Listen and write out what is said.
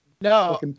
no